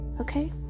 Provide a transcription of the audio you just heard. Okay